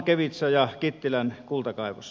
kevitsa ja kittilän kultakaivos